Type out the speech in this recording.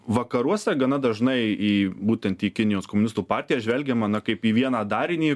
vakaruose gana dažnai į būtent į kinijos komunistų partijas žvelgiama na kaip į vieną darinį